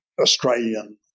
Australian